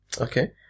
Okay